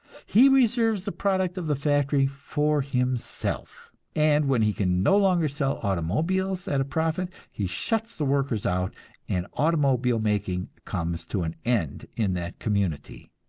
he reserves the product of the factory for himself, and when he can no longer sell automobiles at a profit, he shuts the workers out and automobile-making comes to an end in that community.